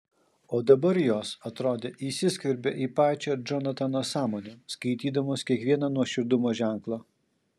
o dabar jos atrodė įsiskverbė į pačią džonatano sąmonę skaitydamos kiekvieną nuoširdumo ženklą